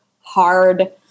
hard